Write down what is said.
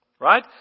right